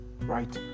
right